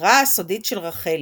החברה הסודית של רחלי,